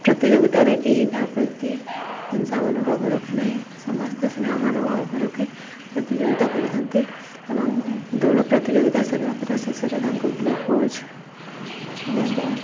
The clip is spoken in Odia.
ପ୍ରତିଯୋଗିତାରେ କେହି କାହା ପ୍ରତି ହିଂସାମାନ ଭାବ ରଖେ ନାହିଁ ସମସ୍ତେ ସ୍ନେହ ମନୋଭାବ ଭାବ ରଖି ପ୍ରତିଯୋଗିତା କରିଥାନ୍ତି ଏବଂ ଦୋଡ଼ ପ୍ରତିଯୋଗିତା ସରିବା ପରେ ଶେଷରେ ତାଙ୍କୁ ଗ୍ଲୁକୋଜ୍ ଦିଆଯାଏ